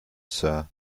sir